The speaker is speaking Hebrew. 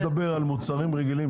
אני מדבר על מוצרים רגילים